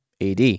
AD